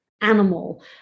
animal